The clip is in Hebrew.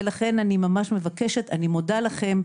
ולכן אני מודה לכם.